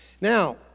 Now